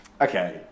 Okay